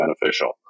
beneficial